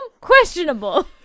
questionable